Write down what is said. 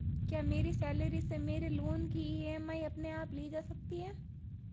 क्या मेरी सैलरी से मेरे लोंन की ई.एम.आई अपने आप ली जा सकती है?